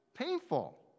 painful